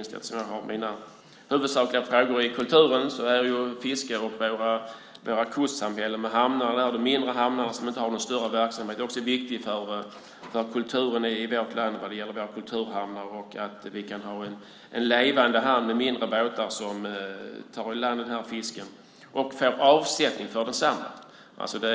Eftersom jag har mina huvudsakliga frågor i kulturen vet jag att fiskare och våra kustsamhällen med hamnar och mindre hamnar som inte har någon större verksamhet är viktiga också för kulturen i vårt land. Det handlar om kulturhamnar. Vi ska kunna ha levande hamnar med mindre båtar som tar i land fisken och får avsättning för densamma. Vi